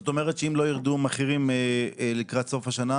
זאת אומרת שאם לא יירדו המחירים לקראת סוף השנה,